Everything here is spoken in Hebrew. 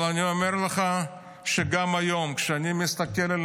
אבל אני אומר לך שגם היום כשאני מסתכל על